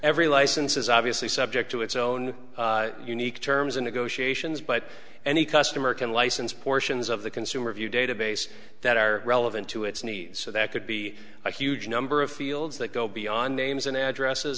every license is obviously subject to its own unique terms of negotiations but any customer can license portions of the consumer of your database that are relevant to its knees so that could be a huge number of fields that go beyond names and addresses